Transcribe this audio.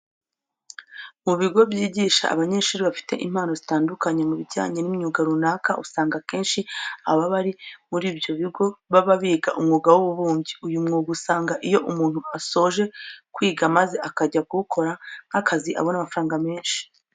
Mu bigo byigisha abanyeshuri bafite impano zitandukanye mu bijyanye n'imyuga runaka, usanga akenshi ababa bari muri ibyo bigo baba biga umwuga w'ububumbyi. Uyu mwuga usanga iyo umuntu asoje kwiga maze akajya kuwukora nk'akazi abona amafaranga menshi.